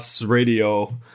radio